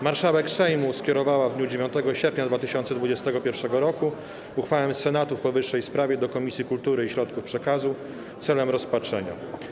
Marszałek Sejmu skierowała w dniu 9 sierpnia 2021 r. uchwałę Senatu w powyższej sprawie do Komisji Kultury i Środków Przekazu celem rozpatrzenia.